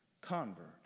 convert